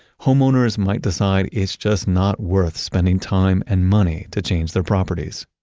homeowners might decide it's just not worth spending time and money to change their properties.